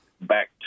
back